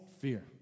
fear